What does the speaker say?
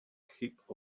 heap